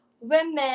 women